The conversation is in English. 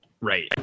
right